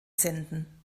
senden